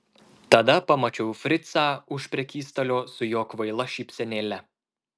tada pamačiau fricą už prekystalio su jo kvaila šypsenėle